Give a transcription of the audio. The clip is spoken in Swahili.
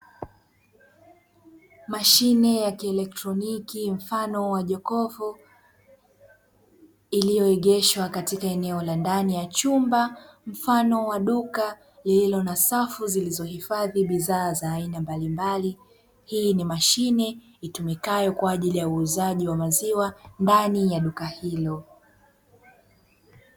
Mashine ya kielektroniki mfano wa jokofu iliyoegeshwa katika eneo la ndani ya chumba mfano wa duka lililo na safu zilizohifadhi bidhaa za aina mbalimbali. Hii ni mashine itumikayo kwa ajili ya uuzaji wa maziwa ndani ya duka hilo.